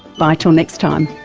bye till next time